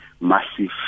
massive